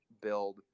build